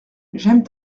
j’aime